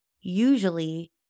usually